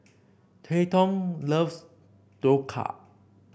Treyton loves Dhokla